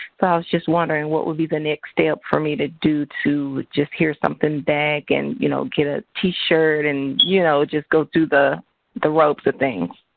i was just wondering what would be the next step for me to do to just hear something back and, you know, get a t-shirt and, you know, just go through the the ropes and things.